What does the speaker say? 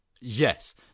Yes